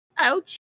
Ouch